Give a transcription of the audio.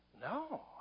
no